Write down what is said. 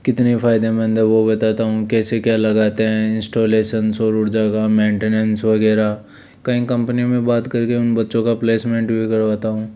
कितनी फ़ायदेमंद है वह बताता हूँ कैसे क्या लगाते हैं इंस्टॉलेशन सौर ऊर्जा का मेंटेनेंस वगैरह कई कम्पनी में बात करके उन बच्चों का प्लेसमेंट भी करवाता हूँ